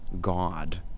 God